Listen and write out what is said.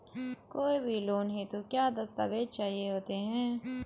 कोई भी लोन हेतु क्या दस्तावेज़ चाहिए होते हैं?